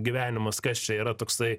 gyvenimas kas čia yra toksai